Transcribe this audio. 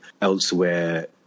elsewhere